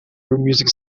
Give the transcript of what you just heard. music